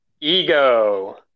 Ego